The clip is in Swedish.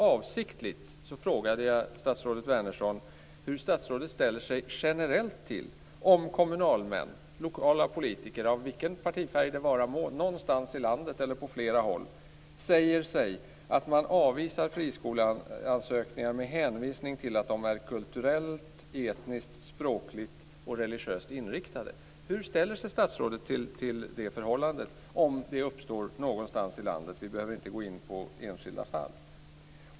Avsiktligt frågade jag statsrådet Wärnersson hur statsrådet generellt ställer sig till att kommunalmän, lokala politiker av vilken partifärg det vara må, någonstans i landet eller på flera håll säger att man avvisar friskoleansökningar med hänvisning till att skolorna är kulturellt, etniskt, språkligt och religiöst inriktade. Hur ställer sig statsrådet till det förhållandet om det uppstår någonstans i landet? Vi behöver inte gå in på enskilda fall.